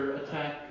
attack